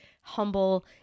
humble